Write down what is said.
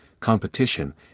competition